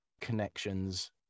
connections